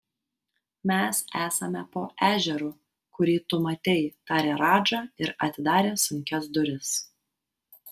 mes esame po ežeru kurį tu matei tarė radža ir atidarė sunkias duris